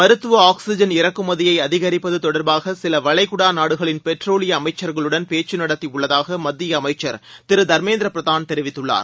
மருத்துவ ஆக்ஸிஜன் இறக்குமதியை அதிகரிப்பது தொடர்பாக சில வளைகுடா நாடுகளின் பெட்ரோலிய அமைச்சர்களுடன் பேச்சு நடத்தியுள்ளதாக மத்திய அமைச்சர் திரு தர்மேந்திர பிரதான் தெரிவித்துள்ளார்